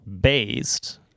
based